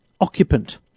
occupant